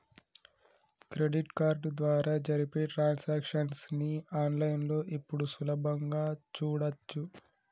credit card ద్వారా జరిపే transactions ని ఆన్ లైన్ లో ఇప్పుడు సులభంగా చూడచ్చు